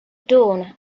dawn